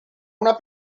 una